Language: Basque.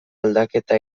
aldaketa